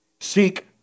Seek